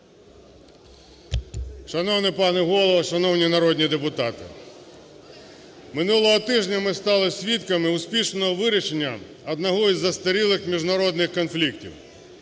Шановний пане Голово! Шановні народні депутати! Минулого тижня ми стали свідками успішного вирішення одного із застарілих міжнародних конфліктів.